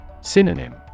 Synonym